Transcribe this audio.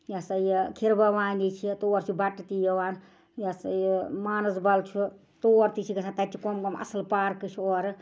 یہِ ہَسا یہِ کھیٖربھوانی چھِ تور چھِ بٹہٕ تہِ یِوان یہِ سا یہِ مانسبل چھُ تور تہِ چھِ گَژھان تَتہِ چھِ کَم کَم اَصٕل پارکہٕ چھِ اورٕ